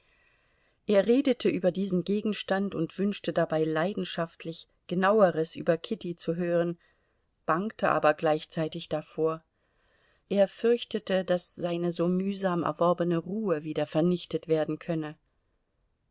er redete über diesen gegenstand und wünschte dabei leidenschaftlich genaueres über kitty zu hören bangte aber gleichzeitig davor er fürchtete daß seine so mühsam erworbene ruhe wieder vernichtet werden könne